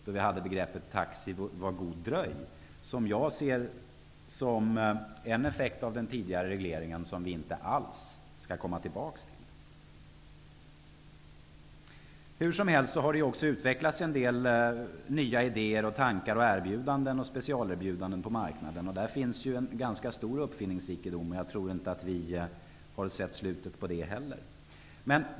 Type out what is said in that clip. Då fanns begreppet ''Taxi, var god dröj'', som jag såg som en effekt av regleringen, som inte skall komma tillbaka. Hur som helst har det utvecklats en del nya idéer, tankar och specialerbjudanden på marknaden. Det finns en ganska stor uppfinningsrikedom, och jag tror att vi inte har sett slutet än.